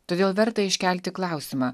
todėl verta iškelti klausimą